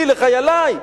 לי, לחיילי.